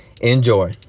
Enjoy